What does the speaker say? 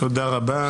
תודה רבה.